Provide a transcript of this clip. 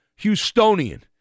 Houstonian